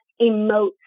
emote